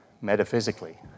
metaphysically